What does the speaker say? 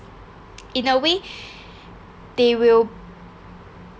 in a way they will